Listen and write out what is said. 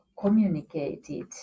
communicated